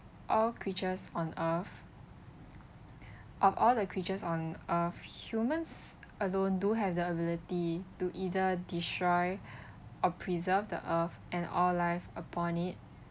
all creatures on earth of all the creatures on earth humans alone do have the ability to either destroy or preserve the earth and all life upon it